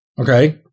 Okay